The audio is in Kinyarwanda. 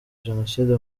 jenoside